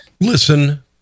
Listen